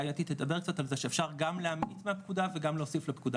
אולי אתי תדבר קצת על זה שאפשר גם להמעיט מהפקודה וגם להוסיף לפקודה,